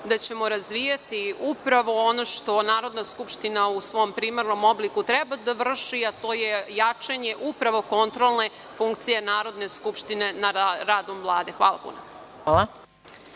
da ćemo razvijati ono što Narodna skupština u svom primarnom obliku treba da vrši, a to je jačanje kontrolne funkcije Narodne skupštine nad radom Vlade. **Maja